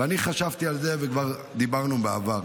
ואני חשבתי על זה, וכבר דיברנו בעבר.